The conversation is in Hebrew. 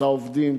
את העובדים,